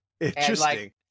Interesting